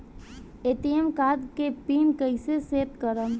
ATM card के PIN कैसे set करम?